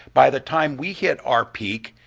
by the time we hit our peak,